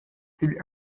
sigl